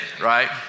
right